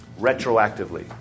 retroactively